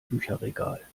bücherregal